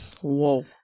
whoa